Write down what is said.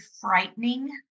frightening